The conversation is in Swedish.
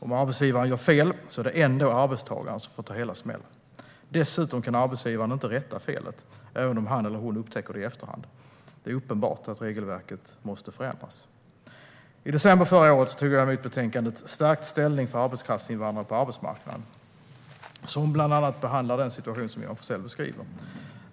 Om arbetsgivaren gör fel är det ändå arbetstagaren som får ta hela smällen. Dessutom kan arbetsgivaren inte rätta felet, även om han eller hon upptäcker det i efterhand. Det är uppenbart att regelverket måste förändras. I december förra året tog jag emot betänkandet Stärkt ställning för arbetskraftsinvandrare på arbetsmarknaden som bland annat behandlar den situation som Johan Forssell beskriver.